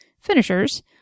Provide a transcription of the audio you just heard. finishers